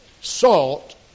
salt